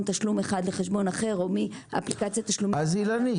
תשלום אחד לחשבון אחר או מאפליקציות -- אז אילנית,